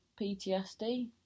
PTSD